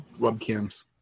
webcams